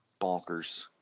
bonkers